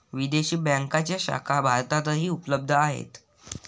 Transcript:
विदेशी बँकांच्या शाखा भारतातही उपलब्ध आहेत